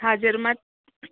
हाचेर मात